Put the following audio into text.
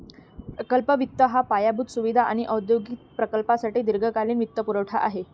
प्रकल्प वित्त हा पायाभूत सुविधा आणि औद्योगिक प्रकल्पांसाठी दीर्घकालीन वित्तपुरवठा आहे